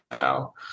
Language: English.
now